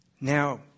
Now